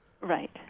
Right